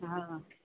हा